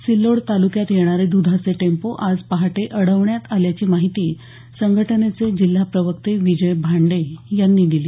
सिल्लोड तालुक्यात येणारे दुधाचे टेम्पो आज पहाटे अडवण्यात आल्याची माहिती संघटनेचे जिल्हा प्रवक्ते विजय भांडे यांनी दिली